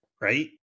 right